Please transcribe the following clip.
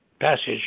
passage